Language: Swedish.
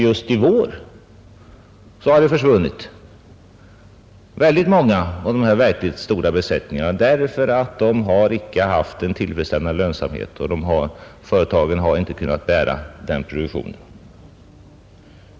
Just i vår har många av de mycket stora besättningarna försvunnit därför att de inte medfört en tillfredsställande lönsamhet och inte kunnat bära produktionen.